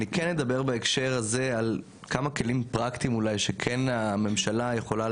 אני כן אדבר בהקשר הזה על כמה כלים פרקטיים אולי שהמדינה יכולה